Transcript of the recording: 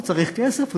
הוא צריך כסף,